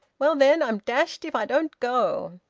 well then, i'm dashed if i don't go!